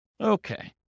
Okay